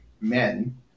men